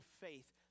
faith